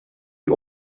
die